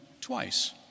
twice